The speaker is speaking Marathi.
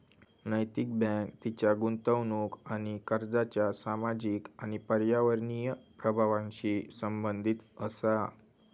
नैतिक बँक तिच्या गुंतवणूक आणि कर्जाच्या सामाजिक आणि पर्यावरणीय प्रभावांशी संबंधित असा